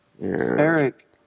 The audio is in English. Eric